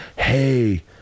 hey